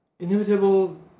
Inevitable